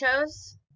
chose